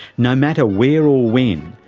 no matter where or when,